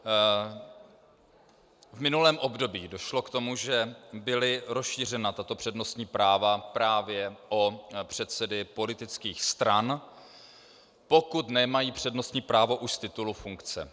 V minulém období došlo k tomu, že byla rozšířena tato přednostní práva právě o předsedy politických stran, pokud nemají přednostní právo už z titulu funkce.